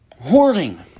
hoarding